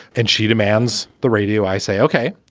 and she demands the radio, i say, ok,